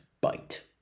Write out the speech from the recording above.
bite